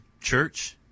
Church